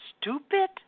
stupid